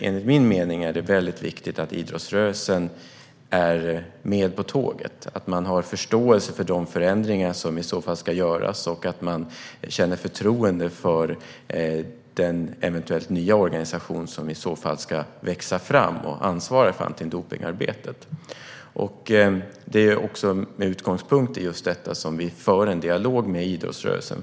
Enligt min mening är det nämligen viktigt att idrottsrörelsen är med på tåget, att det finns förståelse för de förändringar som i så fall ska göras och att det finns förtroende för den eventuellt nya organisation som i så fall ska växa fram och ansvara för antidopningsarbetet. Det är med utgångspunkt i just detta som vi för en dialog med idrottsrörelsen.